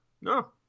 no